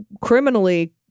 criminally